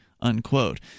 unquote